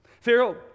Pharaoh